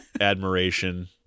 admiration